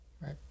Right